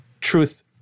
truth